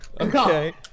Okay